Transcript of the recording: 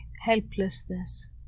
helplessness